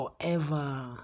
forever